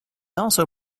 also